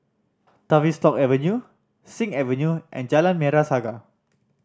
Tavistock Avenue Sing Avenue and Jalan Merah Saga